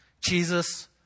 Jesus